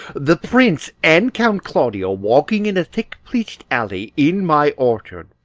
the prince and count claudio, walking in a thick-pleached alley in my orchard,